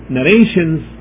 narrations